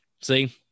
See